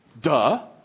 Duh